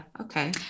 okay